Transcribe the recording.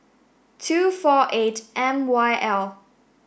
two four eight M Y L